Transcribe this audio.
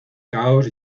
caos